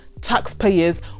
taxpayers